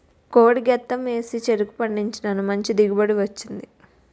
కోడి గెత్తెం ఏసి చెరుకు పండించినాను మంచి దిగుబడి వచ్చింది